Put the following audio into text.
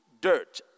dirt